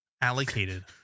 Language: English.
allocated